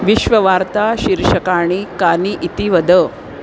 विश्ववार्ता शीर्षकाणि कानि इति वद